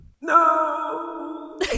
No